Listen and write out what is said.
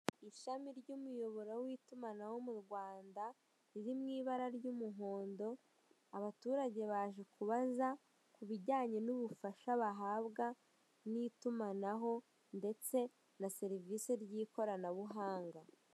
Ishami ry'umuyoboro w'itumanaho mu Rwanda, riri mu ibara ry'umuhondo, abaturage baje kubaza ku bijyanye n'ubufasha bahabwa n'itumanaho ndetse na serivise ry'ikoranabuhanga.